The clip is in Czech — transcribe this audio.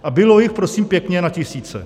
A bylo jich prosím pěkně na tisíce.